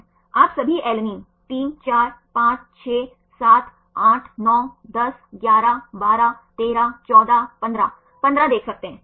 वे दिशा के आधार पर या तो समानांतर या एंटीपैरल समानांतर बीटा शीट बनाने के लिए एक साथ हाइड्रोजन बांड बना सकते हैं